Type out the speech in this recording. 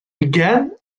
began